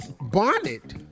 Bonnet